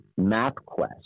Mapquest